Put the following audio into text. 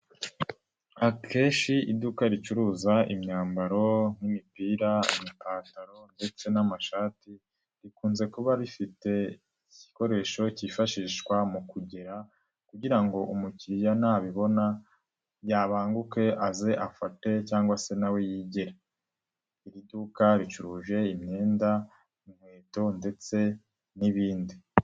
Akenshi iduka ricuruza imyambaro nk'imipira, amapantaro ndetse n'amashati, rikunze kuba rifite igikoresho cyifashishwa mu kugera, kugira ngo umukiriya nabibona yabanguke aze afate cyangwa se na we yigere. Iri duka ricuruje imyenda, inkweto ndetse n'ibindi.